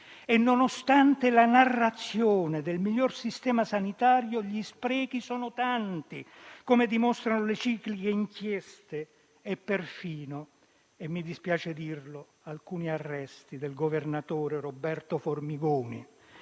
Nonostante la narrazione lo definisca come il miglior sistema sanitario, gli sprechi sono tanti, come dimostrano le cicliche inchieste e perfino - mi dispiace dirlo - gli arresti del governatore Roberto Formigoni.